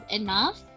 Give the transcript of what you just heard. enough